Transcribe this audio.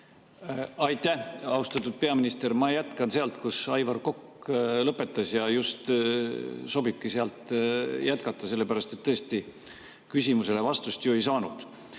Aitäh! Austatud peaminister! Ma jätkan sealt, kus Aivar Kokk lõpetas, ja just sobibki sealt jätkata, sellepärast et tõesti, küsimusele vastust ju ei saanud.